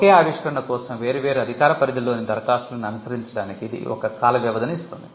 ఒకే ఆవిష్కరణ కోసం వేర్వేరు అధికార పరిధిలోని దరఖాస్తులను అనుసరించడానికి ఇది ఒక కాల వ్యవధిని ఇస్తుంది